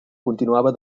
continuava